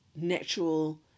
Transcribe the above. natural